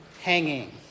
hanging